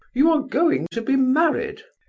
you are going to be married?